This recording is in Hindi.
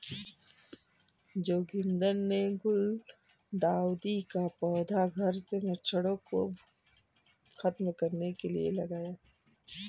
जोगिंदर ने गुलदाउदी का पौधा घर से मच्छरों को खत्म करने के लिए लगाया